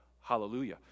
Hallelujah